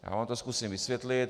Já vám to zkusím vysvětlit.